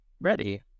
ready